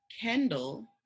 Kendall